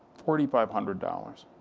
forty five hundred dollars,